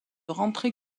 rentrer